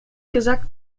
gesagt